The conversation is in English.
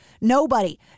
Nobody